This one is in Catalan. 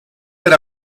per